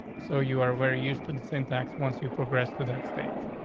so you are very used to the same tax once you progress to that stage.